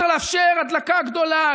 צריך לאפשר הדלקה גדולה,